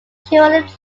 currently